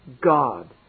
God